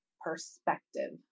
perspective